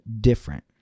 different